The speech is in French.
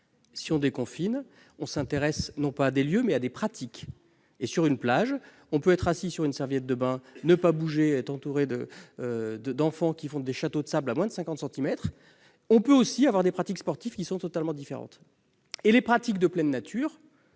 Si on déconfine, on s'intéresse non pas à des lieux, mais à des pratiques. Sur une plage, on peut être assis sur une serviette de bain, sans bouger, avec des enfants faisant des châteaux de sable à moins de 50 centimètres ; on peut aussi avoir des pratiques sportives qui sont totalement différentes. S'agissant des pratiques de pleine nature,